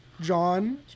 John